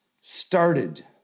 started